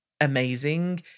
amazing